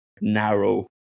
narrow